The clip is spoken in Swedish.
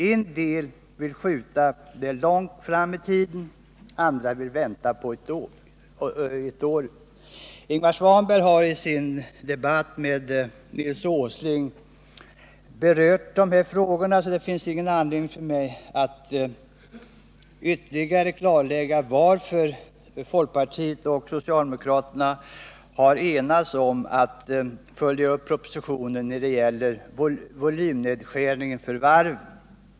En del vill skjuta det mycket långt fram i tiden, andra vill vänta något år. Ingvar Svanberg har i sin debatt med Nils Åsling berört dessa frågor, och det finns därför ingen anledning för mig att ytterligare klarlägga varför folkpartiet och socialdemokraterna har enats om att ställa sig bakom propositionens förslag när det gäller volymnedskärningen vid varven.